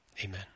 amen